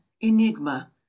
Enigma